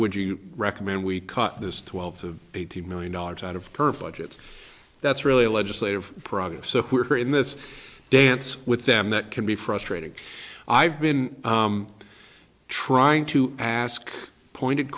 would you recommend we cut this twelve to eighteen million dollars out of her budget that's really a legislative problem so we're in this dance with them that can be frustrating i've been trying to ask pointed